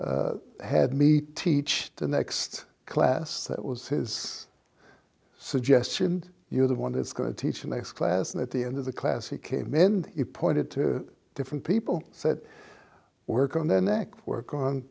student had me teach the next class that was his suggestion you're the one it's going to teach the next class and at the end of the class he came in he pointed to different people that work on their neck work on